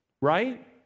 right